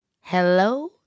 Hello